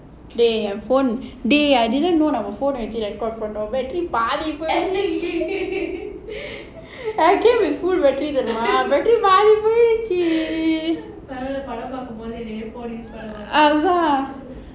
dey your phone dey I didn't know our phone actually record பண்ணுவாங்க:pannuvanga battery போச்சு:pochu I came with full battery போச்சு:pochu battery பரவால படம் பார்க்கும்போது:paravala padam paarkumpothu ah ya